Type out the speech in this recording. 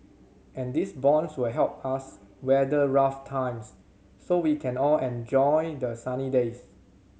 and these bonds will help us weather rough times so we can all enjoy the sunny days